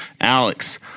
Alex